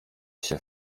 się